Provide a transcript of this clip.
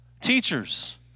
Teachers